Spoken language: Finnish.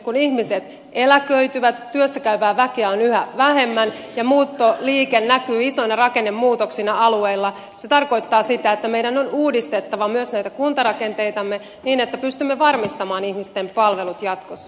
kun ihmiset eläköityvät työssä käyvää väkeä on yhä vähemmän ja muuttoliike näkyy isoina rakennemuutoksina alueilla se tarkoittaa sitä että meidän on uudistettava myös näitä kuntarakenteitamme niin että pystymme varmistamaan ihmisten palvelut jatkossa